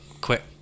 quick